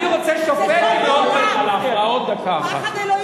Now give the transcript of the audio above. על ההפרעות, דקה אחת.